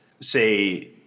say